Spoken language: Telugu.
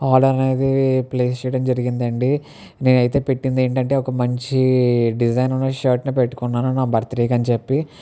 ఆర్డర్ అనేది ప్లేస్ చేయడం జరిగింది అండి నేనైతే పెట్టింది ఏంటంటే ఒక మంచి డిజైన్ ఉన్న షర్ట్ను పెట్టుకున్నాను నా బర్త్డేకి అని చెప్పి